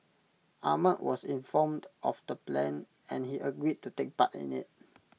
Ahmad was informed of the plan and he agreed to take part in IT